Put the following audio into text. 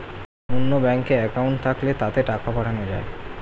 অন্য ব্যাঙ্কে অ্যাকাউন্ট থাকলে তাতে টাকা পাঠানো যায়